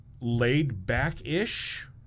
laid-back-ish